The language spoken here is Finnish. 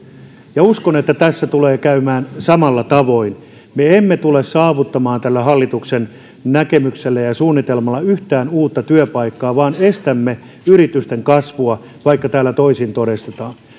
ja uskon että tässä tulee käymään samalla tavoin me emme tule saavuttamaan tällä hallituksen näkemyksellä ja ja suunnitelmalla yhtään uutta työpaikkaa vaan estämme yritysten kasvua vaikka täällä toisin todistetaan